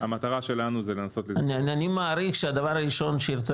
המטרה שלנו זה לנסות -- אני מעריך שהדבר הראשון שירצה